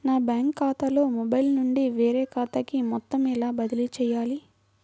నా బ్యాంక్ ఖాతాలో మొబైల్ నుండి వేరే ఖాతాకి మొత్తం ఎలా బదిలీ చేయాలి?